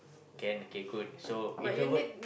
can okay good so introvert